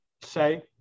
say